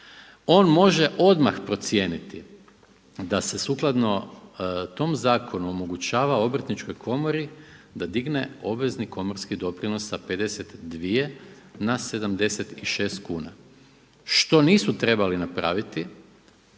on može odmah procijeniti da se sukladno tom zakonu omogućava Obrtničkoj komori da digne obvezni komorski doprinos sa 52 na 76 kuna, što nisu trebali napraviti